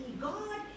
God